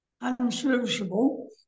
unserviceable